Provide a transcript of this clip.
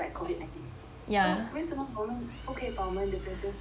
so 为什么我们不可以把我们 differences 放下